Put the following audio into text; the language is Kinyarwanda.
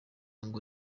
ngo